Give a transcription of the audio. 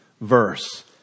verse